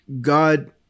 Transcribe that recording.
God